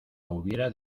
hubiera